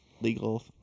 legal